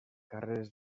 carreres